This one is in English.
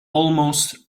almost